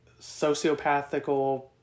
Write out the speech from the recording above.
sociopathical